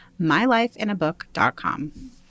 mylifeinabook.com